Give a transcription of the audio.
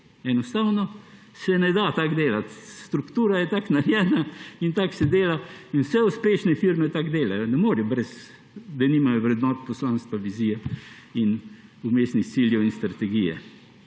Enostavno se ne da tako delati. Struktura je tako narejena in tako se dela in vse uspešne firme tako delajo. Ne morejo brez tega, da nimajo vrednot, poslanstva, vizije in vmesnih ciljev in strategije.